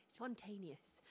spontaneous